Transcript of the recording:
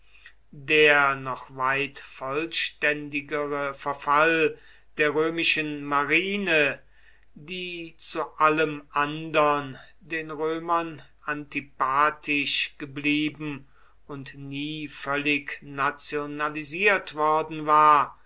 der noch weit vollständigere verfall der römischen marine die zu allem andern den römern antipathisch geblieben und nie völlig nationalisiert worden war